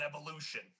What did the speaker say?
evolution